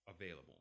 available